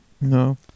no